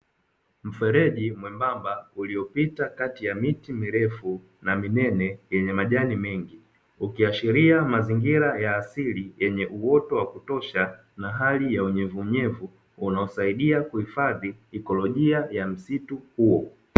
Mfereji mwembamba uliopita kati ya miti mirefu na minene yenye majani mengi, ukiashiria mazingira ya asili yenye uoto wa kutosha na hali ya unyevunyevu unaosaidia kuhifadhi ikolojia ya msitu huo.